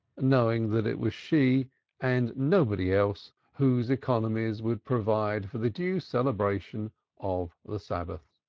knowing that it was she and nobody else whose economies would provide for the due celebration of the sabbath.